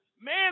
Man